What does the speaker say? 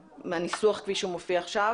מהניסוח כפי שהוא מופיע עכשיו.